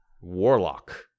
warlock